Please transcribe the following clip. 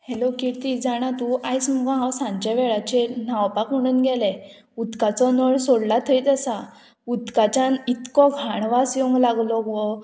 hello Kirti जाणा तूं आयज मुगो हांव सांच्या वेळाचेर न्हांवपाक म्हणून गेलें उदकाचो नळ सोडला थंयच आसा उदकाच्यान इतको घाण वास येवंक लागलो गो